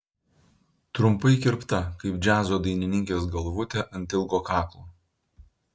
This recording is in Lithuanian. trumpai kirpta kaip džiazo dainininkės galvutė ant ilgo kaklo